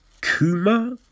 Kuma